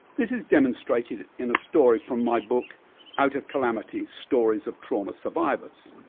this is demonstrated in a story from my book out of calamity stories of trauma survivors.